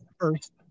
first